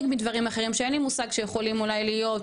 מדברים אחרים שאין לי מושג שיכולים אולי להיות,